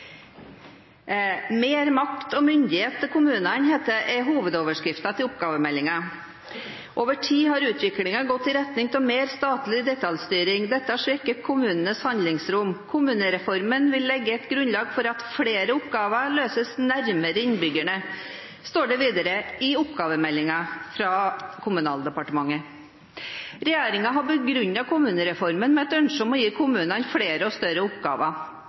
makt og myndighet til kommunene» er hovedoverskriften til oppgavemeldingen. «Over tid har utviklingen gått i retning av mer statlig detaljstyring . Dette har svekket kommunenes handlingsrom. Kommunereformen vil legge et grunnlag for at flere oppgaver kan løses nærmere innbyggerne», står det videre i oppgavemeldingen fra Kommunal- og moderniseringsdepartementet. Regjeringen har begrunnet kommunereformen med et ønske om å gi kommunene flere og større oppgaver.